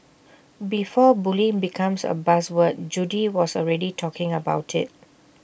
before bullying becomes A buzz word Judy was already talking about IT